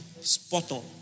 Spot-on